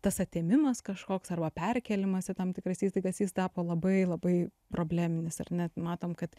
tas atėmimas kažkoks arba perkėlimas į tam tikras įstaigas jis tapo labai labai probleminis ar ne matom kad